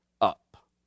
up